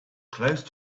close